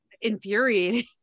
infuriating